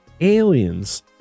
Aliens